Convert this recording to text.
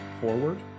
forward